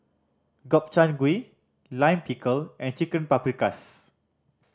Gobchang Gui Lime Pickle and Chicken Paprikas